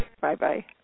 Bye-bye